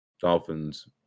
Dolphins